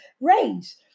raise